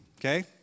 okay